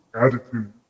attitude